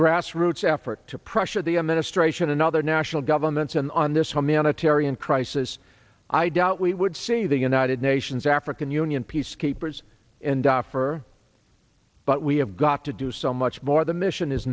grassroots effort to pressure the administration and other national governments and on this home unitarian crisis i doubt we would see the united nations african union peacekeepers and offer but we have got to do so much more the mission is